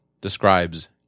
describes